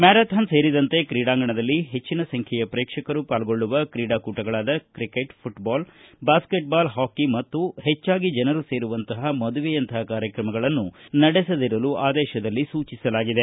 marathon ಸೇರಿದಂತೆ ಕ್ರೀಡಾಂಗಣದಲ್ಲಿ ಹೆಚ್ಚನ ಸಂಖ್ಯೆಯ ಶ್ರೇಕ್ಷಕರು ಪಾಲ್ಗೊಳುವ ಕ್ರೀಡಾಕೂಟಗಳಾದ ಕ್ರಿಕೆಟ್ ಪುಟ್ಬಾಲ್ ಬ್ಲಾಸೈಟ್ಬಾಲ್ ಹಾಕಿ ಮತ್ತು ಹೆಚ್ಚಾಗಿ ಜನರು ಸೇರುವಂತಹ ಮದುವೆಯಂತಹ ಕಾರ್ಯಕ್ರಮಗಳನ್ನು ನಡೆಸದಿರಲು ಆದೇಶದಲ್ಲಿ ಸೂಚಿಸಲಾಗಿದೆ